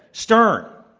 stern,